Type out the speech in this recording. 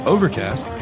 Overcast